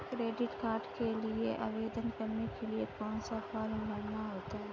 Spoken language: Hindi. क्रेडिट कार्ड के लिए आवेदन करने के लिए कौन सा फॉर्म भरना होता है?